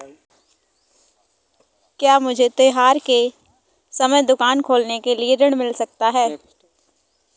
क्या मुझे त्योहार के समय दुकान खोलने के लिए ऋण मिल सकता है?